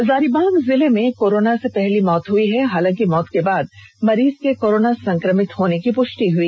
हजारीबाग जिला में कोरोना से पहली मौत हुई है हालांकि मौत के बाद मरीज के कोरोना संक्रमित होने की पुष्टि हुई